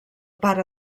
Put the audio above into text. pare